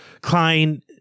Klein